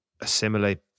assimilate